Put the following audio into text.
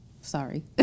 sorry